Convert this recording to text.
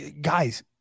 guys